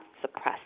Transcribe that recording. suppressed